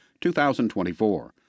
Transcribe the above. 2024